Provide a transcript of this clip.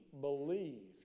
believed